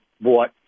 bought